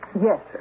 Yes